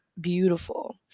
beautiful